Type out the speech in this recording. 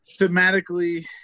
thematically